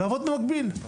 לעבוד במקביל.